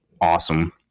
awesome